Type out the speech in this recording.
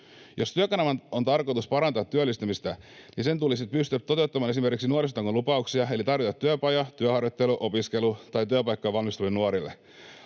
Jos Työkanavan on tarkoitus parantaa työllistämistä, niin sen tulisi pystyä toteuttamaan esimerkiksi nuorisotakuun lupauksia eli tarjota työpaja-, työharjoittelu-, opiskelu- tai työpaikkoja valmistuville nuorille.